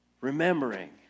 Remembering